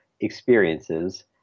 experiences